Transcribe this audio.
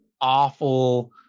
awful